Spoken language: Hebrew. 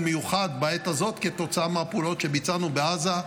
מיוחד בעת הזאת כתוצאה מהפעולות שביצענו בעזה,